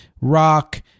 rock